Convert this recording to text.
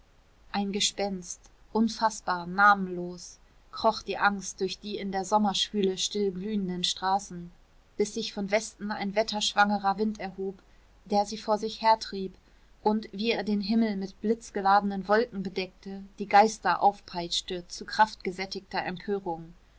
ein gespenst unfaßbar namenlos kroch die angst durch die in der sommerschwüle still glühenden straßen bis sich von westen ein wetterschwangerer wind erhob der sie vor sich hertrieb und wie er den himmel mit blitzgeladenen wolken bedeckte die geister aufpeitschte zu kraftgesättigter empörung